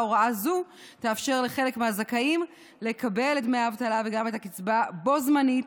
הוראה זו תאפשר לחלק מהזכאים לקבל את דמי האבטלה וגם את הקצבה בו זמנית,